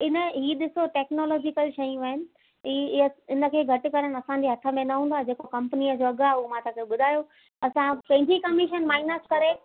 इन हीउ ॾिसो टेक्नोलॉजिकल शयूं आहिनि इ हीअ इनखे घटि करणु असांजे हथ में न हूंदो आहे जेको कंपनीअ जो अघु आहे उहो मां तव्हां खे ॿुधायो असां पंहिंजी कमीशन माइनस करे